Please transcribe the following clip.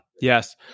yes